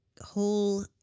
whole